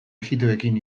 ijitoekin